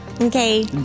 Okay